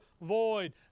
void